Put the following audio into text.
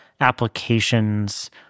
applications